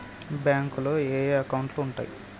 బ్యాంకులో ఏయే అకౌంట్లు ఉంటయ్?